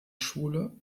schule